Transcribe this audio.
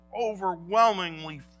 overwhelmingly